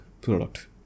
product